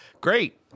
great